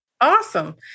awesome